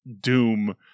Doom